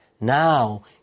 Now